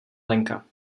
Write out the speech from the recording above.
lenka